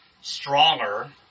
stronger